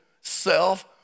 self